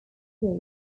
true